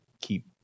keep